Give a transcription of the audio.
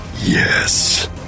Yes